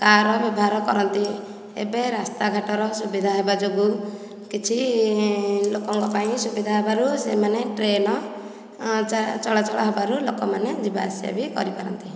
car ବ୍ୟବହାର କରନ୍ତି ଏବେ ରାସ୍ତାଘାଟର ସୁବିଧା ହେବା ଯୋଗୁଁ କିଛି ଲୋକଙ୍କ ପାଇଁ ସୁବିଧା ହେବାରୁ ସେମାନେ ଟ୍ରେନ ଚଳା ଚଳାଚଳ ହେବାରୁ ଲୋକମାନେ ଯିବା ଆସିବା ବି କରିପାରନ୍ତି